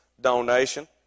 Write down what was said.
donation